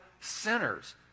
sinners